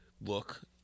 look